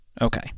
okay